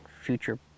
future